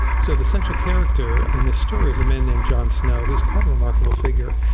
so the central character in this story is a man named john snow who is quite a remarkable figure.